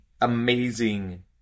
amazing